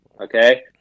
Okay